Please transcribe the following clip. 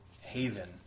Haven